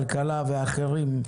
הכלכלה ואחרים,